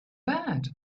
bad